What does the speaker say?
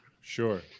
Sure